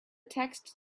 text